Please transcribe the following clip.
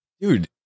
Dude